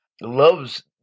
loves